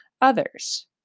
others